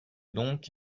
donc